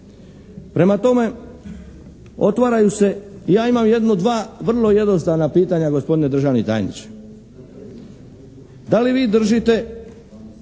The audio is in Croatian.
Prema tome, otvaraju se i ja imam jedno dva vrlo jednostavna pitanja gospodine državni tajniče. Da li vi držite